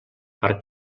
per